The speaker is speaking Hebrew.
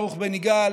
ברוך בן יגאל,